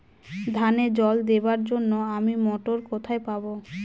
ধানে জল দেবার জন্য আমি মটর কোথায় পাবো?